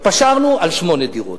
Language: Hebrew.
התפשרנו על שמונה דירות,